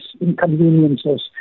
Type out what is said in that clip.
inconveniences